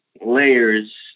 layers